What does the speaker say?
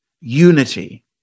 unity